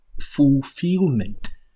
fulfillment